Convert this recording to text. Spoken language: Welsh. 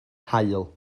haul